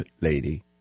lady